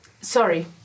sorry